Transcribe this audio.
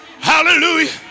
Hallelujah